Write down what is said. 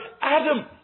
Adam